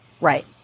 Right